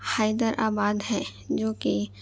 حیدرآباد ہے جو کہ